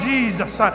Jesus